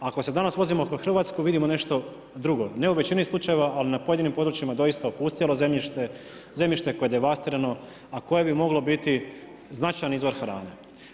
Ako se danas vozimo kroz Hrvatsku vidimo nešto drugo, ne u većini slučajeva ali na pojedinim područjima doista opustjelo zemljište, zemljište koje je devastirano a koje bi moglo biti značajni izvor hrane.